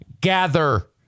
gather